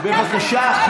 בבקשה.